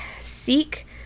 seek